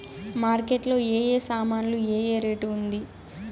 Market లో ఏ ఏ సామాన్లు ఏ ఏ రేటు ఉంది?